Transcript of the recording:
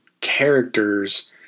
characters